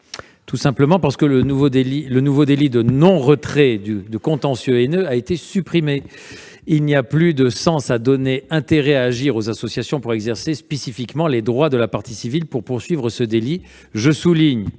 plus d'objet. En effet, le nouveau délit de non-retrait de contentieux ayant été supprimé, il n'y a plus de sens à donner intérêt à agir aux associations en vue d'exercer spécifiquement les droits de la partie civile pour poursuivre ce délit. Je tiens